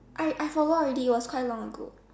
I I forget already it was quite long ago